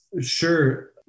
Sure